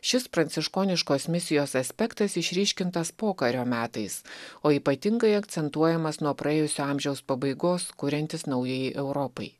šis pranciškoniškos misijos aspektas išryškintas pokario metais o ypatingai akcentuojamas nuo praėjusio amžiaus pabaigos kuriantis naujajai europai